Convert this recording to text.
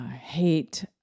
hate